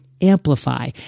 Amplify